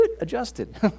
adjusted